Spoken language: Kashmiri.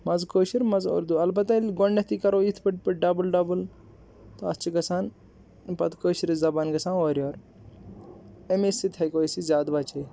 منٛز کٲشر منٛز اردوٗ البتہ ییٚلہِ گۄڈنیتھٕے کَرو یِتھ پٲٹھۍ یِتھ پٲٹھۍ ڈَبٕل ڈَبٕل تہٕ اَتھ چھِ گَژھان پتہٕ کٲشر زبانہِ گَژھان اورٕ یور امی سۭتۍ ہٮ۪کو أسۍ یہِ زِیادٕ بَچٲوِتھ